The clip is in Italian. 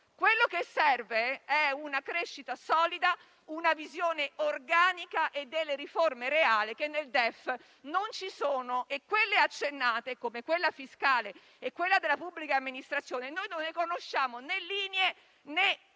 Quello che serve è una crescita solida, una visione organica e delle riforme reali, che nel DEF non ci sono, mentre di quelle accennate, come la riforma fiscale e della pubblica amministrazione, non conosciamo né linee, né